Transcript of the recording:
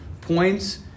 points